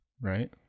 Right